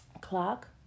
clock